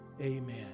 Amen